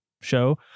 show